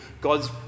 God's